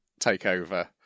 takeover